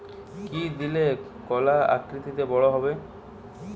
কি দিলে কলা আকৃতিতে বড় হবে?